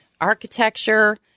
architecture